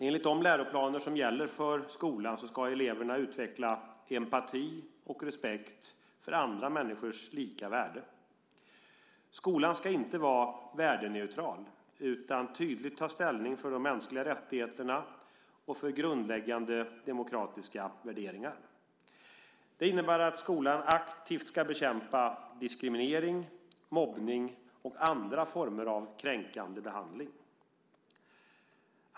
Enligt de läroplaner som gäller för skolan ska eleverna utveckla empati och respekt för andra människors lika värde. Skolan ska inte vara värdeneutral utan tydligt ta ställning för de mänskliga rättigheterna och för grundläggande demokratiska värderingar. Det innebär att skolan aktivt ska bekämpa diskriminering, mobbning och andra former av kränkande behandling.